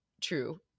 true